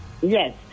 Yes